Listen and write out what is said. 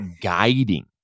guiding